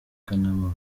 kanama